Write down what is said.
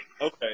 Okay